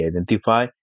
identify